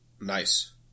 Nice